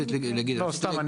לא, סתם.